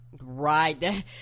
right